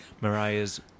Mariah's